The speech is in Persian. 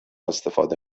استفاده